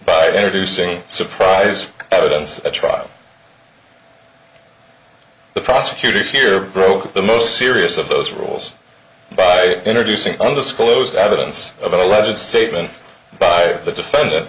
by introducing surprise evidence at trial the prosecutor here broke the most serious of those rules by introducing undisclosed evidence of the legend statement by the defendant